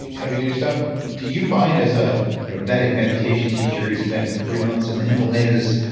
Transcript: like heavy duty stuff. do you find as a vedic meditation teacher who's spent three months in the himalayas.